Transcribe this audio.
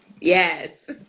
yes